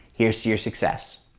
here's to your success.